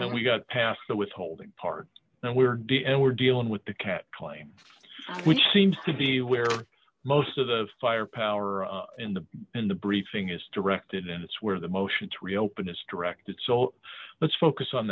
that we got past the withholding part and we're dead and we're dealing with the cat playing which seems to be where most of the firepower in the in the briefing is directed and it's where the motion to reopen is directed so let's focus on